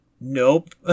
nope